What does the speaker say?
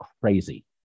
crazy